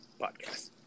podcast